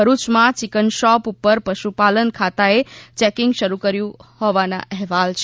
ભરુચમાં chicken shop ઉપર પશુપાલન ખાતાએ ચેકિંગ શરૂ કર્યું હોવાના અહેવાલ છે